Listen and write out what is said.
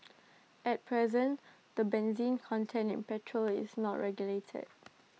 at present the benzene content in petrol is not regulated